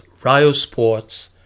Riosports